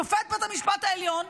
שופט בית המשפט העליון,